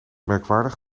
merkwaardig